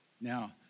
Now